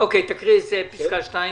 לקרוא את הפסקה השנייה.